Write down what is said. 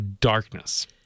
darkness